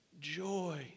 joy